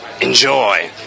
enjoy